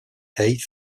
eighth